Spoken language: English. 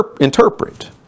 interpret